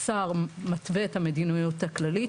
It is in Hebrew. השר מתווה את המדיניות הכללית,